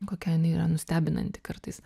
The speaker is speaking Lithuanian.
kokia jinai yra nustebinanti kartais